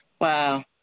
Wow